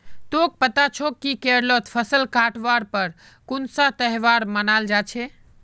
तोक पता छोक कि केरलत फसल काटवार पर कुन्सा त्योहार मनाल जा छे